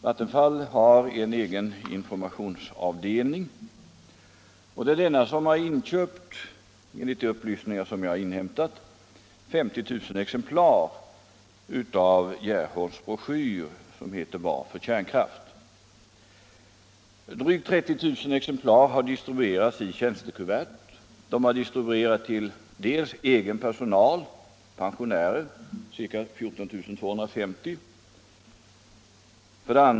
Vattenfall har en egen informationsavdelning, och det är denna som enligt de upplysningar jag inhämtat har inköpt 50 000 exemplar av Gerholms broschyr ”Varför kärnkraft?”. Drygt 30 000 exemplar har distribuerats i tjänstekuvert till: 2.